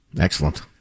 Excellent